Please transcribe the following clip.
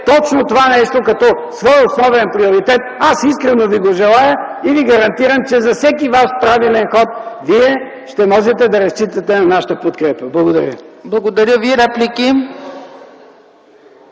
точно това нещо като свой основен приоритет. Аз искрено Ви го желая и Ви гарантирам, че за всеки Ваш правилен ход ще можете да разчитате на нашата подкрепа. Благодаря.